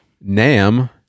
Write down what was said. NAM